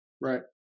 Right